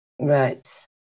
Right